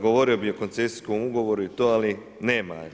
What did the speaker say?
Govorio bi o koncesijskom ugovoru i to, ali nema ga.